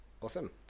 awesome